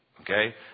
okay